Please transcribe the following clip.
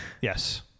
Yes